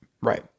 Right